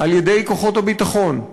על-ידי כוחות הביטחון,